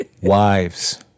Wives